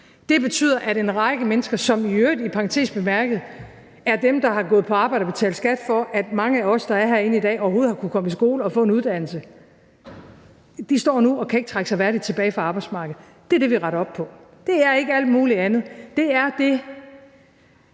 Det betyder, at en række mennesker, som i øvrigt i parentes bemærket er dem, der har gået på arbejde og betalt skat, for at mange af os, der er herinde i dag, overhovedet har kunnet komme i skole og få en uddannelse, nu ikke kan trække sig værdigt tilbage fra arbejdsmarkedet. Det er det, vi retter op på. Det er ikke alt muligt andet – det er det,